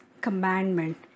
commandment